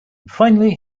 finally